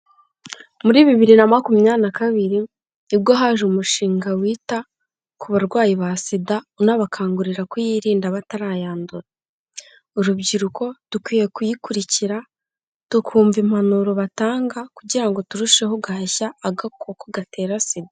Muri bibiri na makumyabiri na kabiri, ni bwo haje umushinga wita ku barwayi ba SIDA ,unabakangurira kuyirinda batarayandura. Urubyiruko dukwiye kuyikurikira, tukumva impanuro batanga, kugira ngo turusheho guhashya agakoko gatera SIDA.